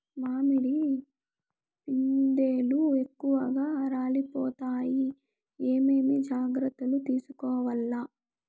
మామిడి పిందెలు ఎక్కువగా రాలిపోతాయి ఏమేం జాగ్రత్తలు తీసుకోవల్ల?